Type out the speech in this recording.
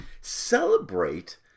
celebrate